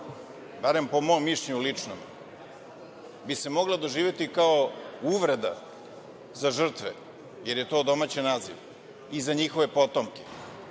barem po mom ličnom mišljenju, bi se mogla doživeti kao uvreda za žrtve, jer je to odomaćen naziv i za njihove potomke. Prema